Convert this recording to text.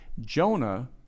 Jonah